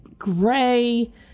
gray